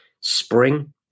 spring